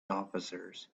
officers